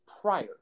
prior